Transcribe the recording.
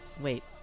Wait